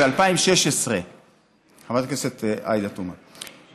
חברת הכנסת עאידה תומא,